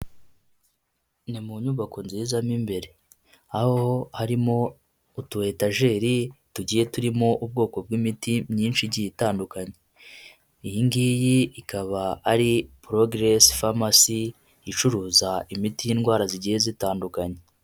Ni mu nyubako nziza mu imbere, aho harimo utuyetajeri tugiye turimo ubwoko bw'imiti myinshi igiye itandukanye. Iyi ngiyi ikaba ari Progress Pharmacy icuruza imiti y'indwara zigiye zitandukanye.